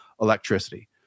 electricity